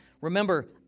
Remember